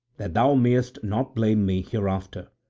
that thou mayst not blame me hereafter.